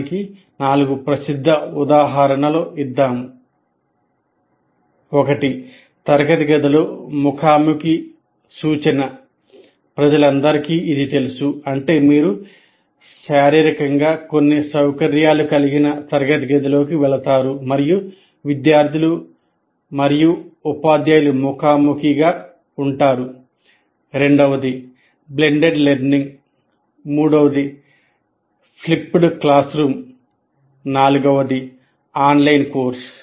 దానికి నాలుగు ప్రసిద్ధ ఉదాహరణలు ఇద్దాం ఆన్లైన్ కోర్సు